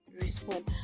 respond